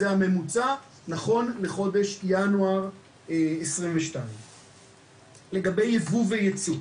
זה הממוצע נכון לחודש ינואר 2022. לגבי ייבוא וייצוא.